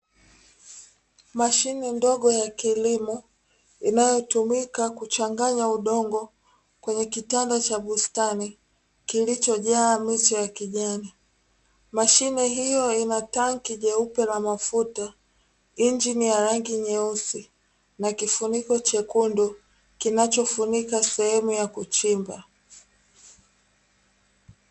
Mashine ndogo ya kilimo, inayotumika kuchanganya udongo kwenye kitanda cha bustani, kilichojaa miche ya kijani. Mashine hiyo ina tanki jeupe la mafuta, injini ya rangi nyeusi na kifuniko chekundu, kinachofunika sehemu ya kuchimba.